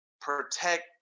protect